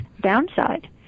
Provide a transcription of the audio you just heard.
downside